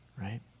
right